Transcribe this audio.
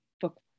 book